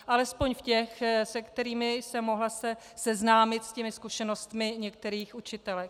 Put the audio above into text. Alespoň v těch, se kterými jsem se mohla seznámit, s těmi zkušenostmi některých učitelek.